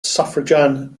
suffragan